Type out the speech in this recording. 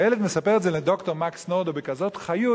והילד מספר את זה לד"ר מקס נורדאו בכזאת חיות,